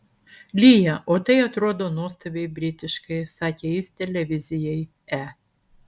lyja o tai atrodo nuostabiai britiškai sakė jis televizijai e